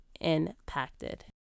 impacted